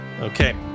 okay